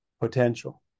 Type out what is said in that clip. potential